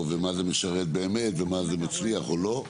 ומה זה משרת באמת ומה זה מצליח או לא,